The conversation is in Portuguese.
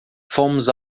fomos